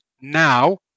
now